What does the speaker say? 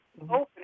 opening